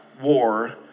war